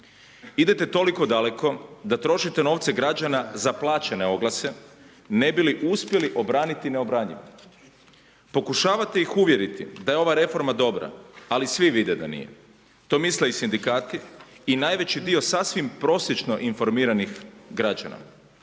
Idete toliko daleko da trošite novce građana za plaćene oglase ne bi li uspjeli obraniti neobranjivo. Pokušavate ih uvjeriti da je ova reforma dobra ali svi vide da nije, to misle i sindikati i najveći dio sasvim prosječno informiranih građana.